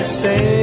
say